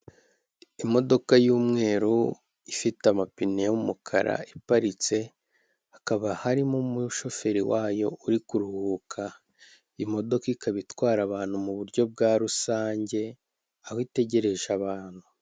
Imodoka y'umweru ifite amapine y'umukara iparitse, hakaba harimo umushoferi wayo uri kuruhuka. Imodoka ikaba itwara abantu mu buryo bwa rusange, aho itegereje abantu.